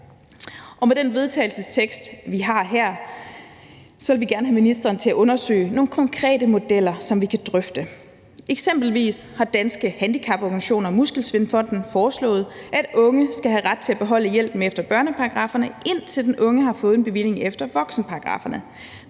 forslag til vedtagelse, vi har stillet her, vil vi gerne have ministeren til at undersøge nogle konkrete modeller, som vi kan drøfte. Eksempelvis har Danske Handicaporganisationer og Muskelsvindfonden foreslået, at unge skal have ret til at beholde hjælpen efter børneparagrafferne, indtil den unge har fået en bevilling efter voksenparagrafferne.